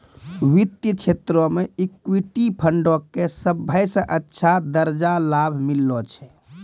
वित्तीय क्षेत्रो मे इक्विटी फंडो के सभ्भे से अच्छा दरजा मिललो छै